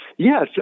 Yes